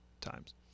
times